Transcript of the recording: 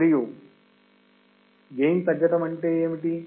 మరియు గెయిన్ తగ్గడం ఏమిటి